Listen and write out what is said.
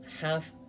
half